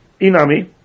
inami